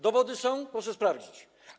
Dowody są, proszę sprawdzić.